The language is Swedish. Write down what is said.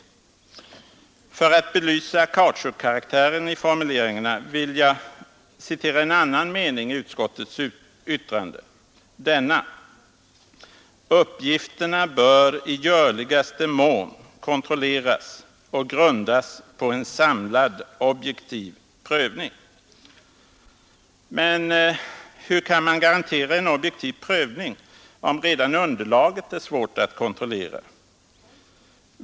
För att belysa kautschukkaraktären i formuleringarna vill jag citera en annan mening i utskottets yttrande: ”Uppgifterna bör i görligaste mån kontrolleras och prövningen grundas på en samlad, objektiv bedömning.” Men hur kan man garantera en objektiv prövning, om redan underlaget är svårt att kontrollera?